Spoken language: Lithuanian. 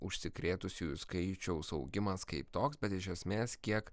užsikrėtusiųjų skaičiaus augimas kaip toks bet iš esmės kiek